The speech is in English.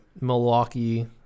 Milwaukee